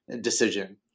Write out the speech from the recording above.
decision